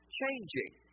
changing